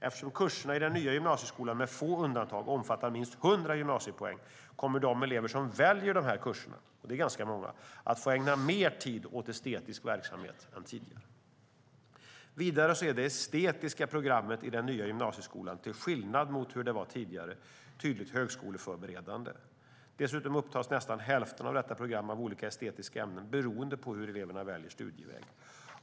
Eftersom kurserna i den nya gymnasieskolan med få undantag omfattar minst 100 gymnasiepoäng kommer de elever som väljer dessa kurser, och de är ganska många, att få ägna mer tid åt estetisk verksamhet än tidigare. Vidare är det estetiska programmet i den nya gymnasieskolan, till skillnad från hur det var tidigare, tydligt högskoleförberedande. Dessutom upptas nästan hälften av detta program av olika estetiska ämnen beroende på hur eleverna väljer studieväg.